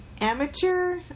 amateur